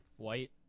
white